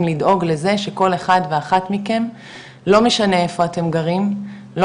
לדאוג לזה שכל אחד ואחת מכם לא משנה איפה אתם גרים לא